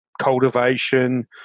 cultivation